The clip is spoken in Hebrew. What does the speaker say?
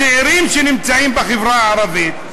הצעירים שנמצאים בחברה הערבית,